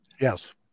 Yes